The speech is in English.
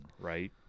Right